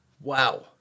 Wow